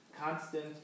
constant